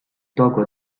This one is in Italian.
togo